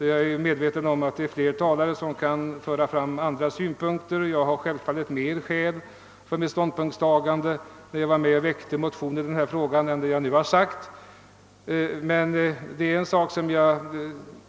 Jag är medveten om att det finns talare som kan vilja framföra andra synpunkter, men själv har jag givetvis flera skäl för mitt ståndpunktstagande än dem jag nu redovisat, eftersom jag varit med om att väcka motion i frågan.